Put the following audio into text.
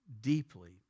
deeply